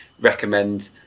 recommend